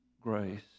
grace